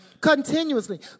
Continuously